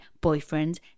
boyfriend's